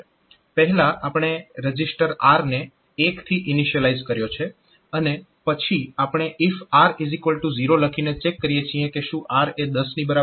પહેલા આપણે register R ને 1 થી ઇનિશિયલાઈઝ કર્યો છે અને પછી આપણે if R0 લખીને ચેક કરીએ છીએ કે શું R એ 10 ની બરાબર છે કે નહિ